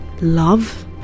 Love